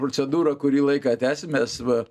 procedūrą kurį laiką tęsim mes va